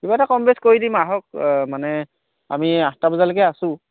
কিবা এটা কম বেছি কৰি দিম আহক মানে আমি আঠটা বজালৈকে আছোঁ